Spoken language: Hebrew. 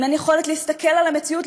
אם אין יכולת להסתכל על המציאות,